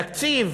תקציב,